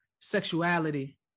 sexuality